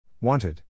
Wanted